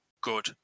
good